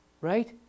Right